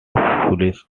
police